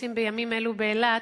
שמתכנסים בימים אלו באילת